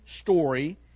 story